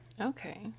Okay